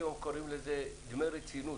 "דמי רצינות".